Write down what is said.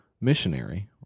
missionary